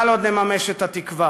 אבל עוד נממש את התקווה,